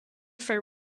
for